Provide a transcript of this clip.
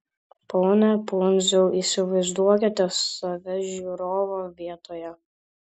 pone pundziau įsivaizduokite save žiūrovo vietoje